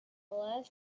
last